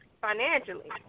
financially